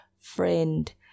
friend